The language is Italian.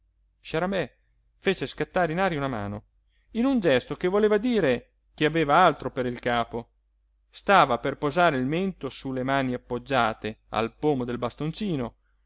rossa sciaramè fece scattare in aria una mano in un gesto che voleva dire che aveva altro per il capo stava per posare il mento su le mani appoggiate al pomo del bastoncino